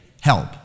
Help